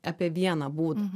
apie vieną būdą